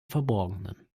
verborgenen